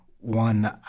One